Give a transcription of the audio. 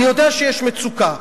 אני יודע שיש מצוקה,